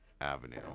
Avenue